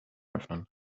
öffnen